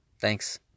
Thanks